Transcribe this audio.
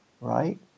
right